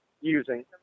using